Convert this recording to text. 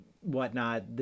whatnot